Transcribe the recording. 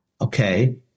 Okay